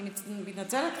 אני מתנצלת,